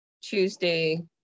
Tuesday